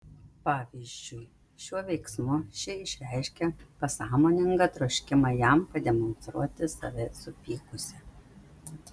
pavyzdžiui šiuo veiksmu ši išreiškė pasąmoningą troškimą jam pademonstruoti save supykusią